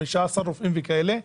15 רופאים וכולי.